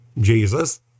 Jesus